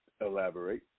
Elaborate